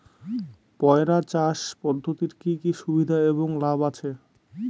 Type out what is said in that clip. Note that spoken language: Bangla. পয়রা চাষ পদ্ধতির কি কি সুবিধা এবং লাভ আছে?